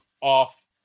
off